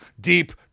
deep